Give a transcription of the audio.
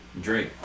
Drake